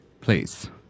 Please